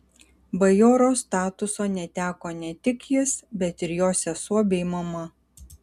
bajoro statuso neteko ne tik jis bet ir jo sesuo bei mama